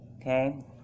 okay